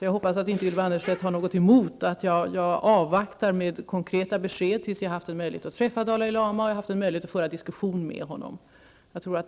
Jag hoppas att Ylva Annerstedt inte har något emot att jag avvaktar med konkreta besked tills jag har haft möjlighet att träffa Dalai Lama och föra en diskussion med honom.